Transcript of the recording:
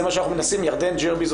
ירדן ג'רבי,